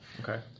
Okay